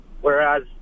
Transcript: Whereas